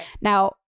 Now